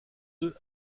œufs